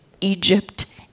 Egypt